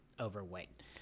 overweight